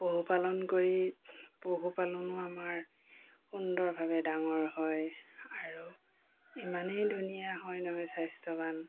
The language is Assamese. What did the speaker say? পশুপালন কৰি পশুপালনো আমাৰ সুন্দৰভাৱে ডাঙৰ হয় আৰু ইমানেই ধুনীয়া হয় নহয় স্বাস্থ্যৱান